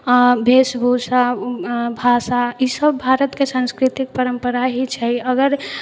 आ वेशभूषा भाषा ई सब भारतके सांस्कृतिक परम्परा ही छै अगर